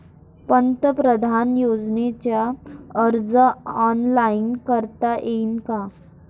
पंतप्रधान योजनेचा अर्ज ऑनलाईन करता येईन का?